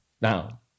Now